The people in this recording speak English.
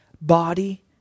body